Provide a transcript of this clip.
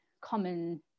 common